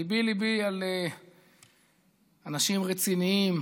ליבי ליבי על אנשים רציניים,